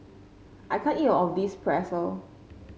I can't eat all of this Pretzel